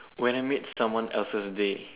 when I made someone else's day